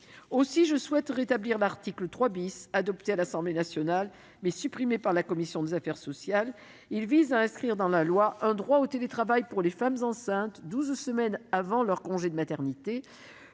laquelle je souhaite rétablir l'article 3 , adopté par l'Assemblée nationale, mais supprimé par notre commission des affaires sociales. Cet article instaurait un droit au télétravail pour les femmes enceintes douze semaines avant leur congé de maternité.